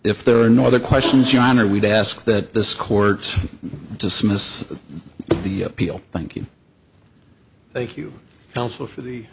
if there are no other questions your honor we'd ask that this court dismiss the appeal thank you thank you counsel for the